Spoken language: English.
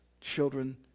children